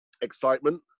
excitement